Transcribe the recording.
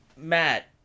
Matt